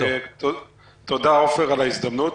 תודה, עפר, על ההזדמנות.